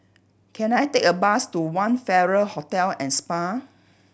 can I take a bus to One Farrer Hotel and Spa